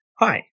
Hi